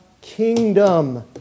kingdom